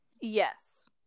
Yes